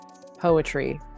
poetry